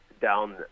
down